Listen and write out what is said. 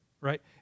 right